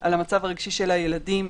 על המצב הרגשי של הילדים.